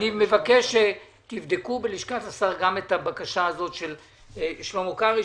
אני מבקש שתבדקו בלשכת השר גם את הבקשה הזאת של שלמה קרעי,